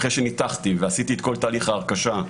אחרי שניתחתי ועשיתי את כל תהליך ההרכשה,